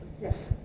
Yes